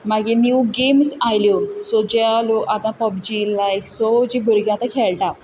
मागीर new games आयल्यो सो जे लोक आतां पबजी लायक सो जीं भुरगीं आतां खेळटा